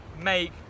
make